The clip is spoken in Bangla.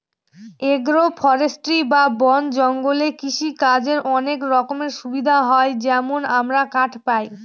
এগ্রো ফরেষ্ট্রী বা বন জঙ্গলে কৃষিকাজের অনেক রকমের সুবিধা হয় যেমন আমরা কাঠ পায়